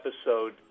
episode